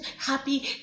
happy